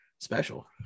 special